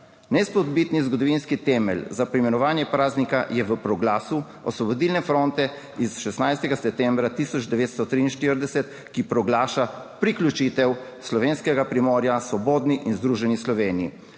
Neizpodbitni zgodovinski temelj za poimenovanje praznika je v proglasu Osvobodilne fronte iz 16. septembra 1943, ki proglaša priključitev Slovenskega primorja svobodni in združeni Sloveniji.